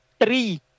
three